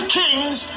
kings